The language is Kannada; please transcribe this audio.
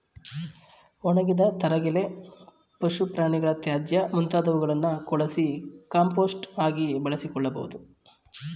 ಒಣಗಿದ ತರಗೆಲೆ, ಪಶು ಪ್ರಾಣಿಗಳ ತ್ಯಾಜ್ಯ ಮುಂತಾದವುಗಳನ್ನು ಕೊಳಸಿ ಕಾಂಪೋಸ್ಟ್ ಆಗಿ ಬಳಸಿಕೊಳ್ಳಬೋದು